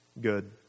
good